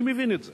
אני מבין את זה,